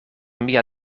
mia